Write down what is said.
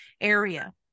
area